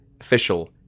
official